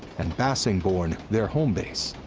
and bassingbourn, their home base,